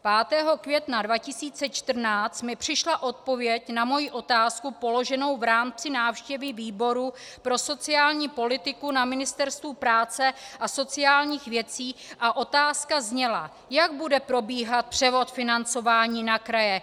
Pátého května 2014 mi přišla odpověď na moji otázku položenou v rámci návštěvy výboru pro sociální politiku na Ministerstvu práce a sociálních věcí a otázka zněla: Jak bude probíhat převod financování na kraje?